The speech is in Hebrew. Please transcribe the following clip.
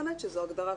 שזו הגדרה,